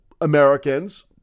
Americans